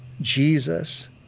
Jesus